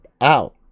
out